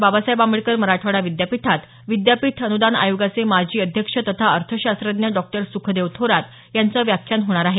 बाबासाहेब आंबेडकर मराठवाडा विद्यापीठात विद्यापीठ अनूदान आयोगाचे माजी अध्यक्ष तथा अर्थशास्त्रज्ञ डॉक्टर सुखदेव थोरात यांचं व्याख्यान होणार आहे